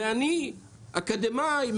ואני אקדמאי,